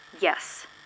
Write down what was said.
Yes